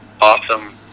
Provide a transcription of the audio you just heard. awesome